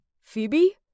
Phoebe